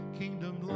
kingdom